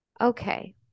Okay